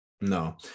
No